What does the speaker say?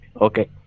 Okay